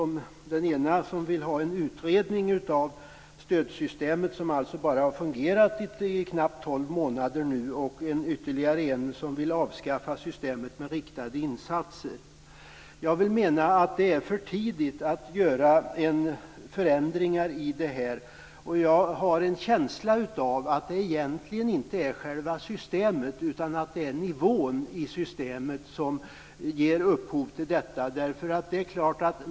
I den ena framgår att man vill utreda stödsystemet, som alltså har fungerat under bara knappt tolv månader. I en annan reservation framgår det att man vill avskaffa systemet med riktade insatser. Jag menar att det är för tidigt att göra förändringar i detta system. Jag har en känsla av att det egentligen inte är själva systemet utan nivån i systemet som ger upphov till detta.